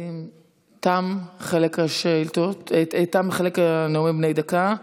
תם חלק הנאומים בני דקה.